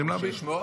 צריכים להביא.